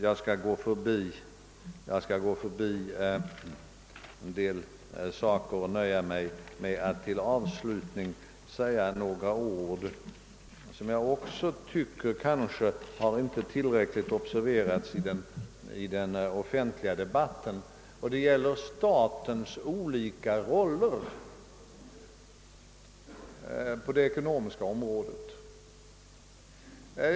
Jag skall gå förbi en del frågor och nöja mig med att såsom avslutning säga några ord om något som kanske inte heller tillräckligt har observerats i den offentliga debatten, nämligen statens olika roller på det ekonomiska området.